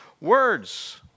words